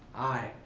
aye.